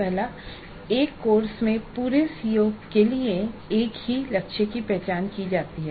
पहला उदाहरण एक कोर्स में पूरे सीओ के लिए एक ही लक्ष्य की पहचान की जाती है